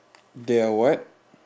their what